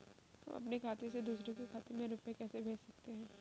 हम अपने खाते से दूसरे के खाते में रुपये कैसे भेज सकते हैं?